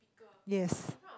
yes